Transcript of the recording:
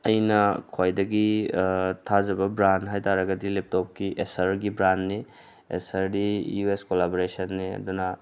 ꯑꯩꯅ ꯈ꯭ꯋꯥꯏꯗꯒꯤ ꯊꯥꯖꯕ ꯕ꯭ꯔꯥꯟ ꯍꯥꯏꯇꯔꯒꯗꯤ ꯂꯦꯞꯇꯣꯞꯀꯤ ꯑꯦꯁꯔꯒꯤ ꯕ꯭ꯔꯥꯟꯅꯤ ꯑꯦꯁꯔꯗꯤ ꯌꯨ ꯑꯦꯁ ꯀꯣꯂꯥꯕꯣꯔꯦꯁꯟꯅꯤ ꯑꯗꯨꯅ